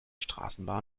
straßenbahn